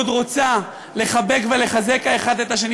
מאוד רוצה לחבק ולחזק האחד את השני,